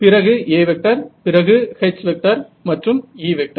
பிறகு A பிறகு H மற்றும் E